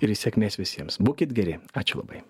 ir sėkmės visiems būkit geri ačiū labai